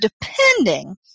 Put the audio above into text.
depending